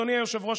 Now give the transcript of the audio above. אדוני היושב-ראש,